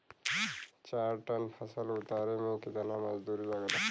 चार टन फसल उतारे में कितना मजदूरी लागेला?